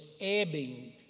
ebbing